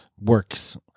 Works